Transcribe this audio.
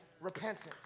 Repentance